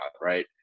right